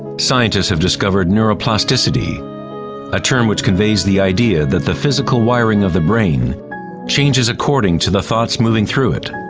scientists have discovered neuroplasticity a term which conveys the idea that the physical wiring of the brain changes according to the thoughts moving through it.